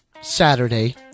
Saturday